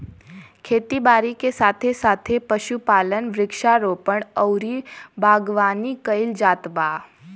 खेती बारी के साथे साथे पशुपालन, वृक्षारोपण अउरी बागवानी कईल जात बा